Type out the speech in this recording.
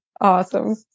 awesome